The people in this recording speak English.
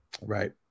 Right